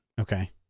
Okay